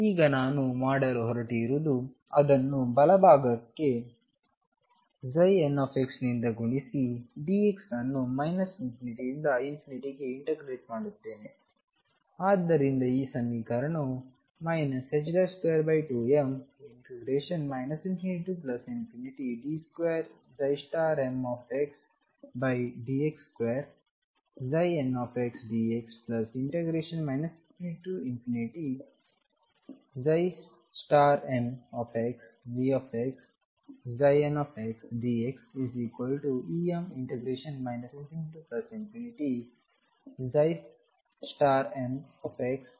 ಈಗ ನಾನು ಮಾಡಲು ಹೊರಟಿರುವುದು ಅದನ್ನು ಬಲಭಾಗಕ್ಕೆ nನಿಂದ ಗುಣಿಸಿ dx ಅನ್ನು ∞ ರಿಂದ ಗೆ ಇಂಟಗ್ರೇಟ್ ಮಾಡುತ್ತೇನೆ ಆದ್ದರಿಂದ ಈ ಸಮೀಕರಣವು ಈಗ 22m ∞d2mdx2ndx ∞mVxndxEm ∞mndx